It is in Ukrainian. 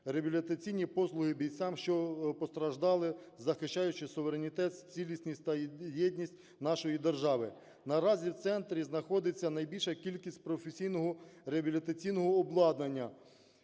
реабілітаційні послуги бійцям, що постраждали, захищаючи суверенітет, цілісність та єдність нашої держави. Наразі в центрі знаходиться найбільша кількість професійного реабілітаційного обладнання,